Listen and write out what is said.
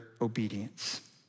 obedience